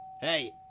Hey